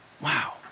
Wow